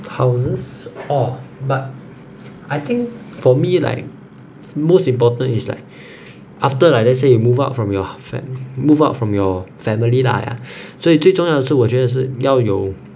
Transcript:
houses orh but I think for me like most important is like after like let's say you move out from your fam~ move out from your family lah 所以最重要的是我觉得是要有